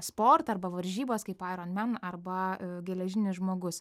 sportą arba varžybas kaip aironmen arba geležinis žmogus